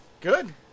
Good